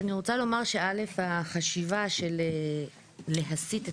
אני רוצה לומר שהחשיבה של להסית את